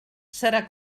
serà